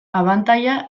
abantaila